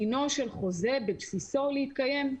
דינו של חוזה בבסיסו להתקיים.